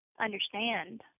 understand